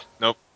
Nope